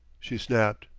she snapped.